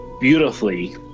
beautifully